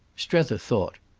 strether thought.